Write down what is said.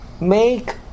Make